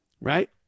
right